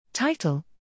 Title